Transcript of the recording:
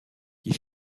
qui